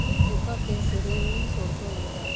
ᱤᱧ ᱱᱚᱝᱠᱟᱛᱮ ᱥᱮᱨᱮᱧ ᱤᱧ ᱥᱚᱲᱠᱚ ᱞᱮᱫᱟ